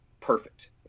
perfect